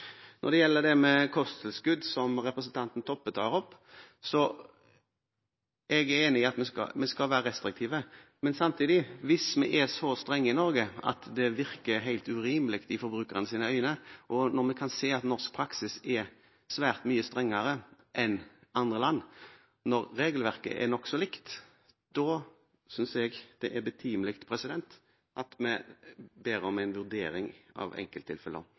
Når det gjelder dette med kosttilskudd, som representanten Toppe tok opp, er jeg enig i at vi skal være restriktiv. Men samtidig: Hvis vi er så streng i Norge at det virker helt urimelig i forbrukernes øyne, og vi ser at norsk praksis er svært mye strengere enn i andre land selv om regelverket er nokså likt, synes jeg det er betimelig at vi ber om en vurdering av enkelttilfeller.